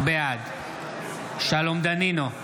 בעד שלום דנינו,